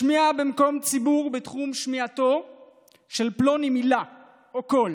משמיע במקום ציבורי ובתחום שמיעתו של פלוני מילה או קול